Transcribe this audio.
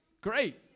great